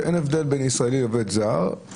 שאין הבדל בין ישראלי לבין זר,